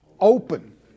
Open